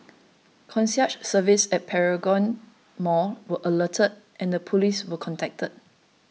concierge services at Paragon mall were alerted and the police were contacted